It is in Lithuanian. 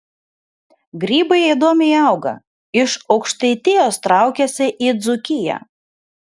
grybai įdomiai auga iš aukštaitijos traukiasi į dzūkiją